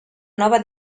nova